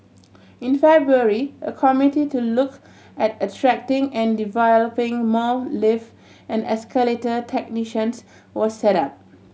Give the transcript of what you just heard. in February a committee to look at attracting and developing more lift and escalator technicians was set up